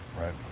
right